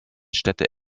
städte